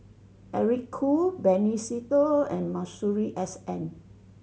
Eric Khoo Benny Se Teo and Masuri S N